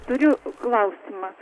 turiu klausimą